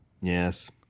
Yes